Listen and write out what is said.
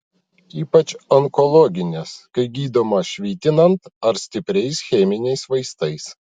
ypač onkologinės kai gydoma švitinant ar stipriais cheminiais vaistais